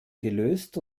gelöst